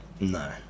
No